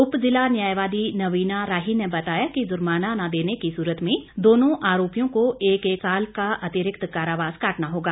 उप जिला न्यायवादी नवीना राही ने बताया कि जुर्माना न देने की सूरत में दोनों आरोपियों को एक एक साल का अतिरिक्त कारावास काटना होगा